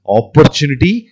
opportunity